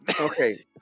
Okay